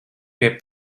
pie